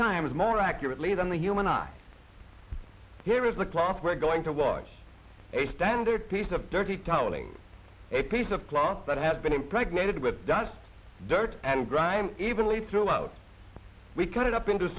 times more accurately than the human eye here is the cloth we're going to watch a standard piece of dirty telling a piece of cloth that had been impregnated with dust dirt and grime evenly throughout we cut it up into